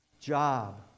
job